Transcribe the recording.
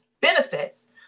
benefits